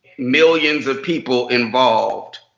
millions of people involved